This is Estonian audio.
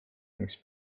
miks